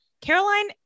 Caroline